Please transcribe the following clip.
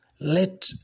Let